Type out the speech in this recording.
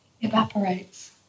evaporates